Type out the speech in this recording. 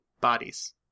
bodies